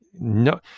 no